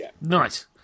Nice